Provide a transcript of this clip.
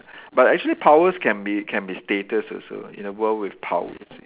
but actually powers can be can be status also in a world with powers